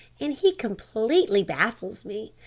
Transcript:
and he completely baffles me.